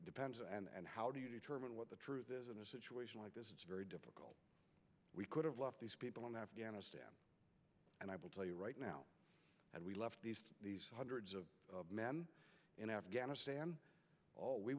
depends and how do you determine what the truth is in a situation like this it's very difficult we could have left these people in afghanistan and i will tell you right now and we left these hundreds of men in afghanistan all we